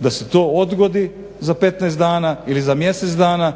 da se to odgodi za 15 dana ili za mjesec dana,